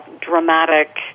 dramatic